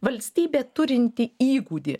valstybė turinti įgūdį